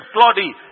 Claudie